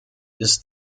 ist